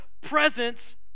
presence